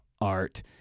art